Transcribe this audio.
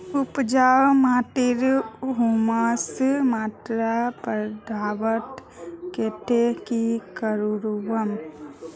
उपजाऊ माटिर ह्यूमस मात्रा बढ़वार केते की करूम?